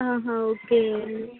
okay